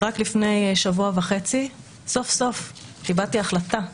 רק לפני שבוע וחצי, סוף סוף קיבלתי החלטה בתיק,